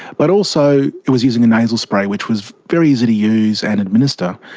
but also it was using a nasal spray which was very easy to use and administer.